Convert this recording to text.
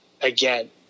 again